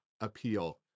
appeal